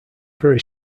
very